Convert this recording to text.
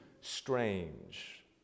strange